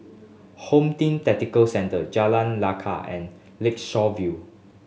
Home Team Tactical Centre Jalan Lekar and Lakeshore View